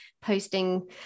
posting